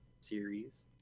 series